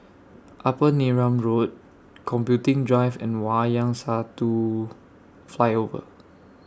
Upper Neram Road Computing Drive and Wayang Satu Flyover